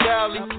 Valley